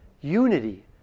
Unity